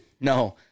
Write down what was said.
No